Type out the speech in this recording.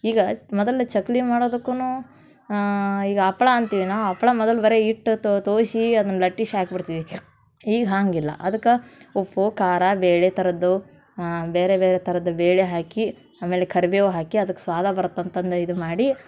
ಈಗ ಮೊದಲು ಚಕ್ಕುಲಿ ಮಾಡೋದಕ್ಕೂ ಈಗ ಹಪ್ಪಳ ಅಂತೀವಿ ನಾವು ಹಪ್ಪಳ ಮೊದಲು ಬರೇ ಹಿಟ್ಟು ತೋಯಿಸಿ ಅದನ್ನು ಲಟ್ಟಿಸಿ ಹಾಕಿಬಿಡ್ತೀವಿ ಈಗ ಹಾಗಿಲ್ಲ ಅದಕ್ಕೆ ಉಪ್ಪು ಖಾರ ಬೇಳೆ ಥರದ್ದು ಬೇರೆ ಬೇರೆ ಥರದ ಬೇಳೆ ಹಾಕಿ ಆಮೇಲೆ ಕರ್ಬೇವು ಹಾಕಿ ಅದಕ್ಕೆ ಸ್ವಾದ ಬರತ್ತೆ ಅಂತಂದು ಇದು ಮಾಡಿ